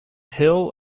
hill